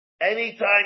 Anytime